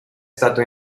stato